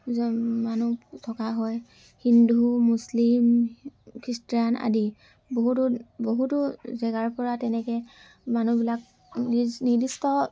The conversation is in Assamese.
মানুহ থকা হয় হিন্দু মুছলিম খ্ৰীষ্টান আদি বহুতো বহুতো জেগাৰপৰা তেনেকৈ মানুহবিলাক নিজ নিৰ্দিষ্ট